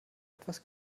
etwas